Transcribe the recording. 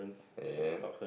and